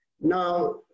Now